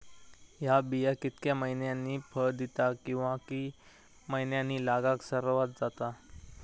हया बिया कितक्या मैन्यानी फळ दिता कीवा की मैन्यानी लागाक सर्वात जाता?